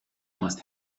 must